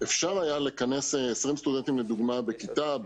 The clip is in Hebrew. אפשר היה לכנס 20 סטודנטים לדוגמה בכיתה,